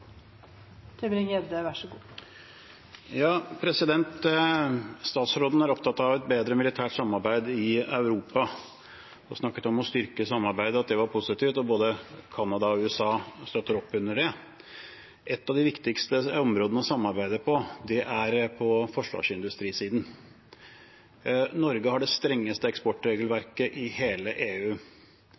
er opptatt av et bedre militært samarbeid i Europa. Hun snakket om å styrke samarbeidet, at det var positivt, og både Canada og USA støtter opp under det. Et av de viktigste områdene å samarbeide på er på forsvarsindustrisiden. Norge har det strengeste eksportregelverket i hele EU.